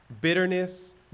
bitterness